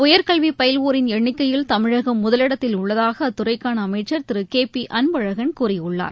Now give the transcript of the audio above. உயர்கல்விபயில்வோரின் எண்ணிக்கையில் கமிழகம் முதலிடத்தில் உள்ளதாகஅத்துறைக்கானஅமைச்சர் திருகேபிஅன்பழகன் கூறியுள்ளார்